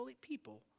people